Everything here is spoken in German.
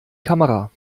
kamera